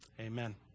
Amen